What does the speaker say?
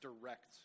direct